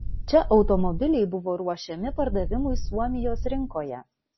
čia automobiliai buvo ruošiami pardavimui suomijos rinkoje